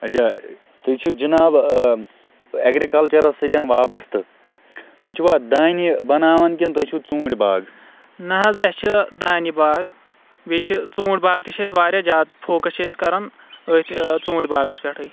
نہ حظ اَسہِ چھِ دانہِ باغ بیٚیہ چھِ ژونٹھ باغ تہِ چھِ اَسہِ وارِیاہ زیادٕ فوکَس چھِ أسۍ کَران اتھ ژونٹھ باغس پٮ۪ٹھٕے